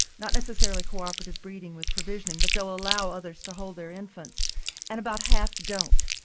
not necessarily cooperative breeding with provisioning but they'll allow others to hold their infants and about half don't.